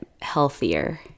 healthier